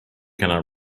cannot